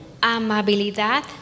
amabilidad